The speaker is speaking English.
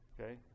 okay